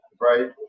Right